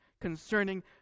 concerning